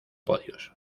podios